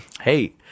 hey